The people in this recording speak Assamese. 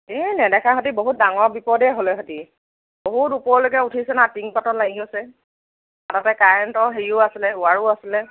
এই নেদেখাহেঁতেন বহুত ডাঙৰ বিপদেই হ'লেহেঁতেন বহুত ওপৰলৈকে উঠিছে না টিংপাতত লাগি গৈছে তাতে কাৰেণ্টৰ হেৰিও আছিলে ৱায়াৰো আছিলে